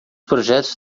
projetos